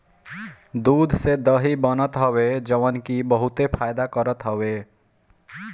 दूध से दही बनत हवे जवन की बहुते फायदा करत हवे